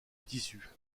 tissus